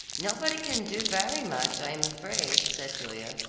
nobody can do very much, i am afraid, said julia,